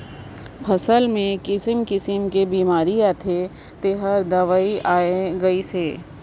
फसल मे किसिम किसिम के बेमारी आथे तेखर दवई आये गईस हे